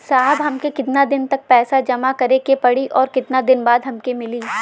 साहब हमके कितना दिन तक पैसा जमा करे के पड़ी और कितना दिन बाद हमके मिली?